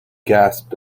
gasped